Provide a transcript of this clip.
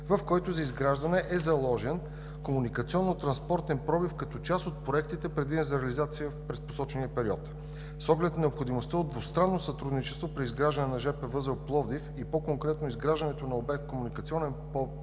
в който за изграждане е заложен комуникационно-транспортен пробив като част от проектите, предвидени за реализация в посочения период. С оглед на необходимостта от двустранно сътрудничество при изграждане на жп възел Пловдив, и по-конкретно изграждането на обект